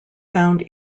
found